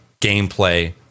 gameplay